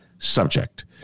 Subject